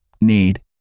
need